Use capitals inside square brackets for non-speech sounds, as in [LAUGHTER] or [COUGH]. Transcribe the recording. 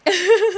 [LAUGHS]